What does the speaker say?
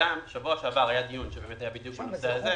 שבוע שעבר היה דיון בנושא הזה.